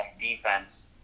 defense